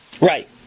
Right